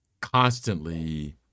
constantly